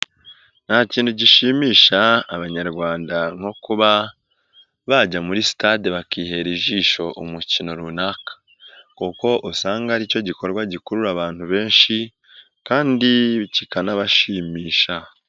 Nta kintu gishimisha abanyarwanda nko kuba bajya muri sitade bakihera ijisho umukino runaka, kuko usanga aricyo gikorwa gikurura abantu benshi kandi kikanabashimisha.